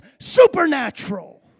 supernatural